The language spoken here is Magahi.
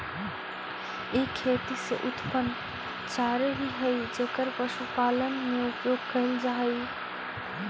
ई खेती से उत्पन्न चारे ही हई जेकर पशुपालन में उपयोग कैल जा हई